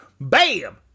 bam